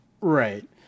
right